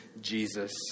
Jesus